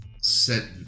set